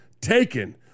taken